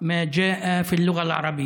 שורת שירה שהיא אחת מהחכמות ביותר שיש בשפה הערבית.